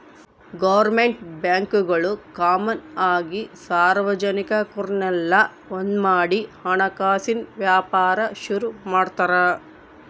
government ಬ್ಯಾಂಕ್ಗುಳು common ಆಗಿ ಸಾರ್ವಜನಿಕುರ್ನೆಲ್ಲ ಒಂದ್ಮಾಡಿ ಹಣಕಾಸಿನ್ ವ್ಯಾಪಾರ ಶುರು ಮಾಡ್ತಾರ